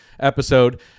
episode